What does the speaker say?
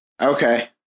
Okay